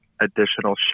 additional